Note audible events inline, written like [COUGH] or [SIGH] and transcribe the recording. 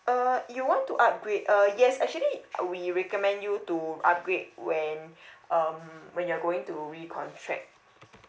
uh you want to upgrade uh yes actually uh we recommend you to upgrade when [BREATH] um when you're going to recontract